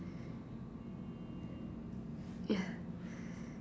ya